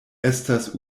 estas